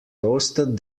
toasted